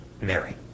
Mary